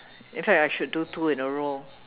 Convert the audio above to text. in fact I should do two in a row